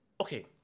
okay